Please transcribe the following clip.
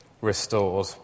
restored